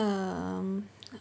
um